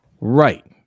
Right